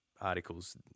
articles